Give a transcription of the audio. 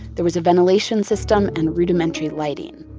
there was a ventilation system and rudimentary lighting.